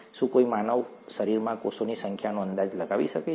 શું કોઈ માનવ શરીરમાં કોષોની સંખ્યાનો અંદાજ લગાવી શકે છે